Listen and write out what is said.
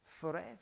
forever